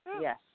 yes